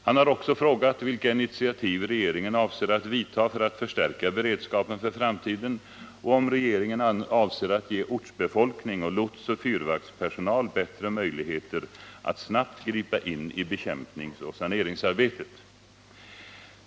Han har också frågat vilka initiativ regeringen avser att vidta för att förstärka beredskapen för framtiden och om regeringen avser att ge ortsbefolkning och lotsoch fyrvaktspersonal bättre möjligheter att snabbt gripa in i bekämpningsoch saneringsarbetet.